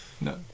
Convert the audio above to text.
no